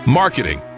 marketing